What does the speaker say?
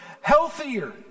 healthier